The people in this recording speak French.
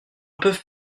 peuvent